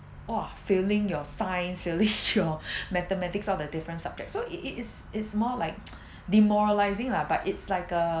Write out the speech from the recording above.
!wah! failing your science failing your mathematics all that different subjects so it it is it's more like demoralizing lah but it's like a